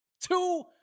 Two